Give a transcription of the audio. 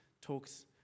talks